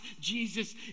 Jesus